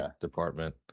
department